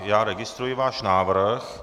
Já registruji váš návrh.